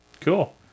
Cool